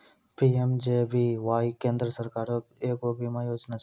PMJJBY केन्द्र सरकारो के एगो बीमा योजना छै